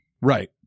Right